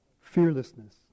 Fearlessness